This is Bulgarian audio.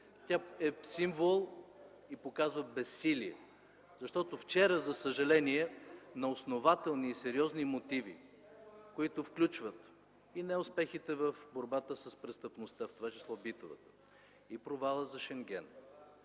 тя е символ и показва безсилие. Защото вчера, за съжаление, на основателни и сериозни мотиви, които включват и неуспехите в борбата с престъпността, в това число битовата, и провала за Шенген,